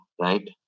right